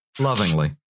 Lovingly